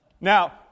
Now